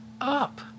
up